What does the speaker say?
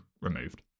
removed